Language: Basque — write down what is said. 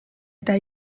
eta